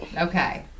Okay